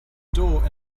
door